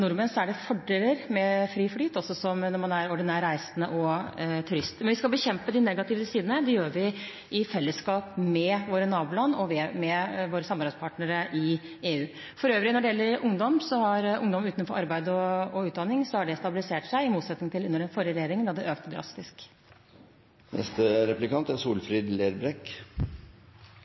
er det fordeler ved fri flyt, også når man er ordinær reisende og turist. Men vi skal bekjempe de negative sidene. Det gjør vi i fellesskap med våre naboland og med våre samarbeidspartnere i EU. For øvrig – når det gjelder antallet ungdommer utenfor arbeid og utdanning, har det stabilisert seg, i motsetning til under den forrige regjeringen, da det økte drastisk.